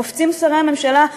קופצים שרי הממשלה,